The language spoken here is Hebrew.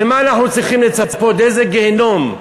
למה אנחנו צריכים לצפות, לאיזה גיהינום?